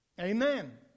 Amen